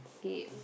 okay